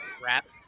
crap